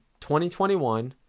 2021